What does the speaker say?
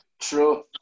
true